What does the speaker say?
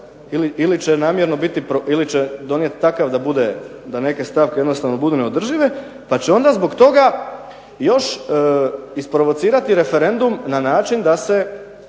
ili će namjerno biti, ili će donijeti takav da bude, da neke stavke jednostavno budu neodržive, pa će onda zbog toga još isprovocirati referendum na način da se